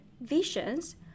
visions